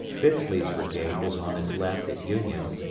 fitz lee's brigade was on his left at union,